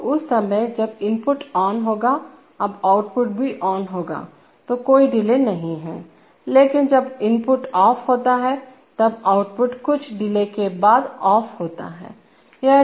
तो उस समय जब इनपुट ऑन होगा तब आउटपुट भी ऑन होगा तो कोई डिले नहीं है लेकिन जब इनपुट ऑफ होता है तब आउटपुट कुछ डिले के बाद ऑफ होता है